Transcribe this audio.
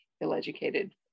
ill-educated